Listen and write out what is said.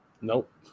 Nope